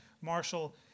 Marshall